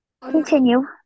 Continue